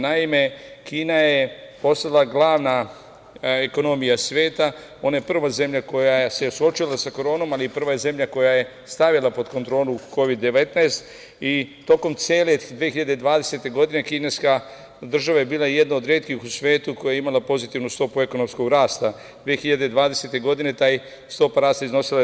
Naime, Kina je postala glavna ekonomija sveta, ona je prva zemlja koja se suočila sa koronom, ali je i prva zemlja koja je stavila pod kontrolu Kovid-19 i tokom cele 2020. godine kineska država je bila jedna od retkih u svetu koja je imala pozitivnu stopu ekonomskog rasta, 2020. godine ta stopa je iznosila 2,3%